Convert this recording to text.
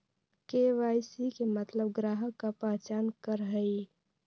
KYC के मतलब ग्राहक का पहचान करहई?